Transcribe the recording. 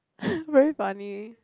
very funny